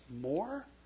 more